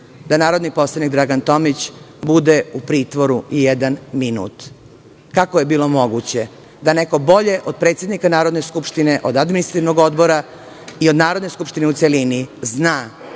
da narodni poslanik Dragan Tomić bude u pritvoru i jedan minut? Kako je bilo moguće da neko bolje od predsednika Narodne skupštine, od Administrativnog odbora i od Narodne skupštine u celini zna